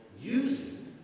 using